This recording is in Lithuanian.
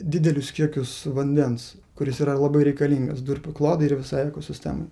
didelius kiekius vandens kuris yra labai reikalingas durpių klodai ir visai ekosistemai